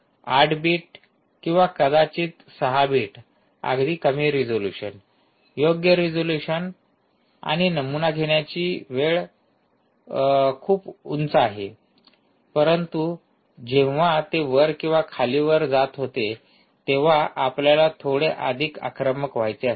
८ bit किंवा कदाचित 6 bit अगदी कमी रिजोल्यूशन योग्य रिजोल्यूशन आणि नमुना घेण्याची वेळ खूप उंच आहे परंतु जेव्हा ते वर किंवा खाली वर जात होते तेव्हा आपल्याला थोडे अधिक आक्रमक व्हायचे असते